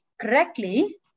correctly